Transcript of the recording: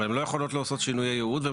אבל הן לא יכולות לעשות שינויי ייעוד.